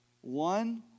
One